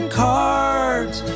cards